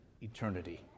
eternity